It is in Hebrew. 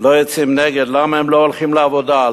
לא יוצאים נגד: למה הם לא הולכים לעבודה?